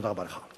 תודה רבה לך.